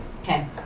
okay